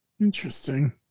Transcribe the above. Interesting